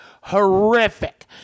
horrific